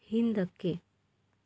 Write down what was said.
ಹಿಂದಕ್ಕೆ